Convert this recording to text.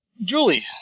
Julie